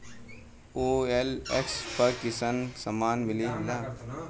OLX पर कइसन सामान मीलेला?